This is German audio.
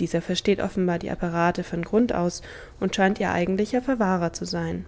dieser versteht offenbar die apparate von grund aus und scheint ihr eigentlicher verwahrer zu sein